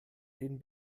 den